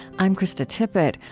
i'm krista tippett.